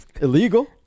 Illegal